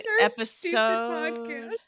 Episode